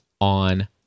on